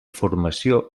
formació